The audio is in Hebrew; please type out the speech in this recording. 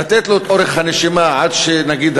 לתת לו את אורך הנשימה עד שנגיד,